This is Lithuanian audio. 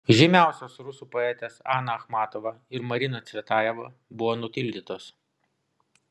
žymiausios rusų poetės ana achmatova ir marina cvetajeva buvo nutildytos